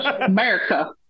America